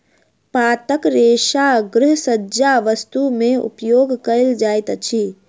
पातक रेशा गृहसज्जा वस्तु में उपयोग कयल जाइत अछि